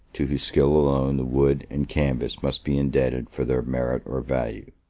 to whose skill alone the wood and canvas must be indebted for their merit or value.